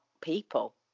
people